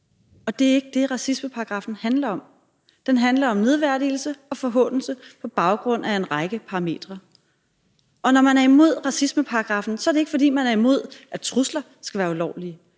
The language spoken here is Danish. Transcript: og det er ikke det, racismeparagraffen handler om. Den handler om nedværdigelse og forhånelse på baggrund af en række parametre, og når man er imod racismeparagraffen, er det ikke, fordi man er imod, at trusler skal være ulovlige